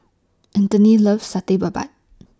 Anthony loves Satay Babat